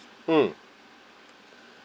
mm